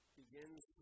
begins